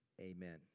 Amen